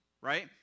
right